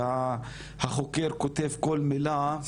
בזמן שהחוקר כותב כל מילה.